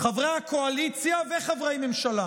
חברי הקואליציה וחברי ממשלה